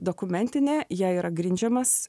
dokumentinė ja yra grindžiamas